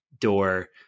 door